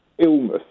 illness